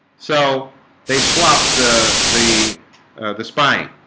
so they swapped the the the spine